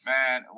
Man